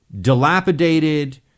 dilapidated